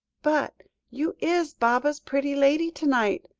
but you is baba's pretty lady to-night,